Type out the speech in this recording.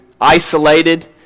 isolated